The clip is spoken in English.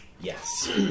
Yes